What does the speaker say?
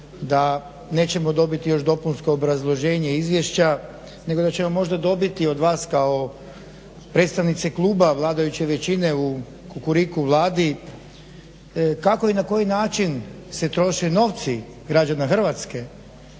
da nećemo dobiti još dopunsko obrazloženje izvješća nego da ćemo možda dobiti od vas kao od predstavnice kluba vladajuće većine u Kukuriku vladi kako i na koji način se troše novci građana Hrvatske,